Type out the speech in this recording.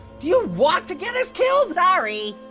do you want to get us killed? sorry.